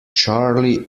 charlie